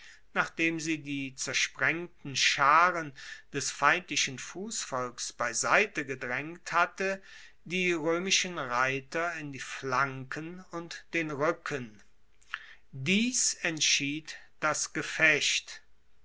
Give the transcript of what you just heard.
nachdem sie die zersprengten scharen des feindlichen fussvolks beiseite gedraengt hatte die roemischen reiter in die flanken und den ruecken dies entschied das gefecht